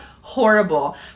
horrible